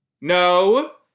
No